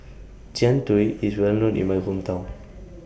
Jian Dui IS Well known in My Hometown